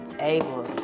able